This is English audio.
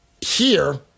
here-